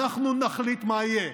אנחנו נחליט מה יהיה.